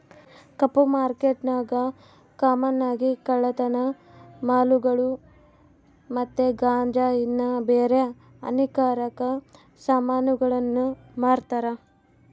ಕಪ್ಪು ಮಾರ್ಕೆಟ್ನಾಗ ಕಾಮನ್ ಆಗಿ ಕಳ್ಳತನ ಮಾಲುಗುಳು ಮತ್ತೆ ಗಾಂಜಾ ಇನ್ನ ಬ್ಯಾರೆ ಹಾನಿಕಾರಕ ಸಾಮಾನುಗುಳ್ನ ಮಾರ್ತಾರ